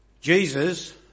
Jesus